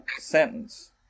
sentence